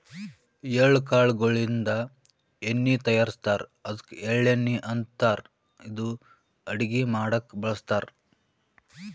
ಎಳ್ಳ ಕಾಳ್ ಗೋಳಿನ್ದ ಎಣ್ಣಿ ತಯಾರಿಸ್ತಾರ್ ಅದ್ಕ ಎಳ್ಳಣ್ಣಿ ಅಂತಾರ್ ಇದು ಅಡಗಿ ಮಾಡಕ್ಕ್ ಬಳಸ್ತಾರ್